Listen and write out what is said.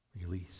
Release